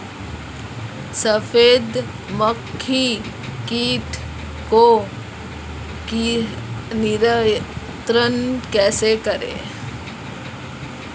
सफेद मक्खी कीट को नियंत्रण कैसे करें?